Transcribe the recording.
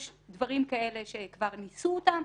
יש דברים כאלה שכבר ניסו אותם.